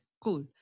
cool